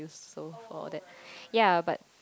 it's so that yea but